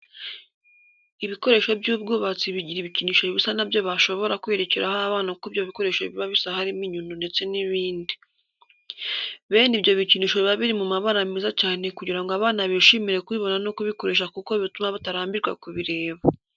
Ibikoresho by'ubwubatsi bigira ibikinisho bisa na byo bashobora kwerekeraho abana uko ibyo bikoresho biba bisa harimo inyundo ndetse n'ibindi. Bene ibyo bikinisho biba biri mu mabara meza cyane kugira ngo abana bishimire kubibona no kubikoresha kuko bituma batarambirwa kubireba.